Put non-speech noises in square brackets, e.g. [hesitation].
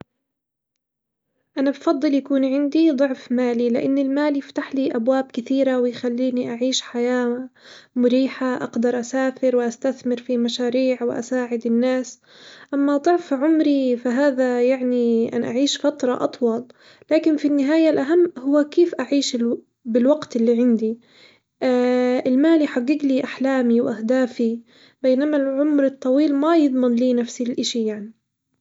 أنا بفضل يكون عندي ضعف مالي، لإن المال يفتح لي أبواب كثيرة ويخليني أعيش حياة مريحة أقدر أسافر واستثمر في مشاريع وأساعد الناس، أما ضعف عمري فهذا يعني أن أعيش فترة أطول، لكن في النهاية الأهم هو كيف أعيش الو- بالوقت العندي [hesitation] المال يحججلي أحلامي وأهدافي، بينما العمر الطويل ما يضمن لي نفس الإشي يعني.